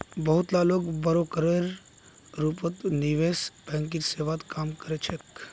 बहुत ला लोग ब्रोकरेर रूपत निवेश बैंकिंग सेवात काम कर छेक